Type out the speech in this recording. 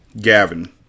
Gavin